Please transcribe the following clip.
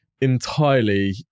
entirely